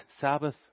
Sabbath